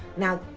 now,